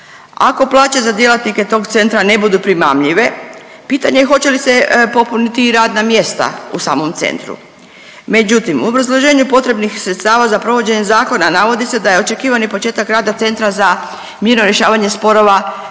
Ako plaće za djelatnike tog centra ne budu primamljive pitanje je hoće li se popuniti i radna mjesta u samom centru. Međutim u obrazloženju potrebnih sredstava za provođenje zakona navodi se da je očekivani početak rada Centra za mirno rješavanje sporova